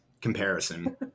comparison